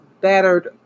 battered